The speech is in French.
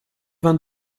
vingt